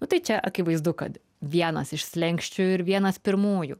nu tai čia akivaizdu kad vienas iš slenksčių ir vienas pirmųjų